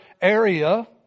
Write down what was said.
area